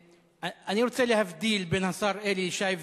אני רוצה להבדיל בין השר אלי ישי,